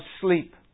sleep